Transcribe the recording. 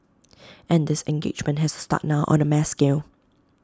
and this engagement has to start now on A mass scale